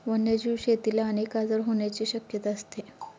वन्यजीव शेतीला अनेक आजार होण्याची शक्यता असते